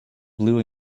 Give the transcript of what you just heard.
blue